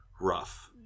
rough